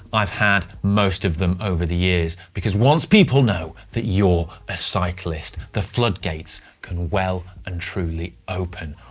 i've had most of them over the years, because once people know that you're a cyclist, the floodgates can well and truly open.